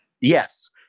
Yes